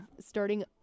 starting